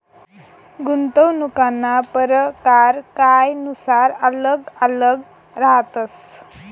गुंतवणूकना परकार कायनुसार आल्लग आल्लग रहातस